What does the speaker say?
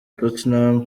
tottenham